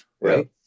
right